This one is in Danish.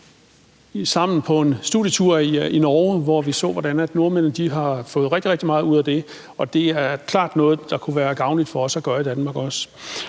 sammen på en studietur i Norge, hvor vi så, hvordan nordmændene har fået rigtig, rigtig meget ud af det, og det er klart noget, der også kunne være gavnligt for os at gøre i Danmark.